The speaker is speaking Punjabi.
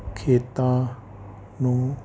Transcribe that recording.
ਖੇਤਾਂ ਨੂੰ